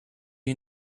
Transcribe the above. you